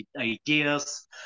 ideas